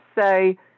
say